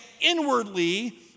inwardly